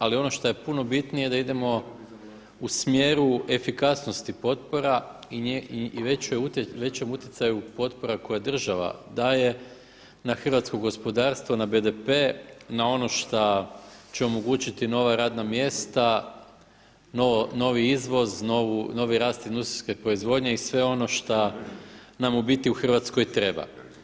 Ali ono što je puno bitnije da idemo u smjeru efikasnosti potpora i većem utjecaju potpora koje država daje na hrvatsko gospodarstvo, na BDP, na ono šta će omogućiti nova radna mjesta, novi izvoz, novi rast industrijske proizvodnje i sve ono šta nam u biti u Hrvatskoj treba.